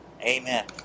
amen